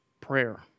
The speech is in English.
prayer